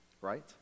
right